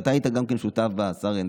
שגם אתה היית שותף בה,